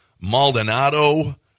Maldonado